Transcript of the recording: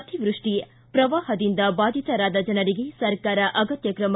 ಅತಿವೃಷ್ಟಿ ಪ್ರವಾಹದಿಂದ ಬಾಧಿತರಾದ ಜನರಿಗೆ ಸರ್ಕಾರ ಅಗತ್ಯ ಕ್ರಮ